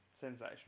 Sensational